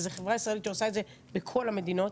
זה חברה ישראלית שעושה את זה לכל המדינות.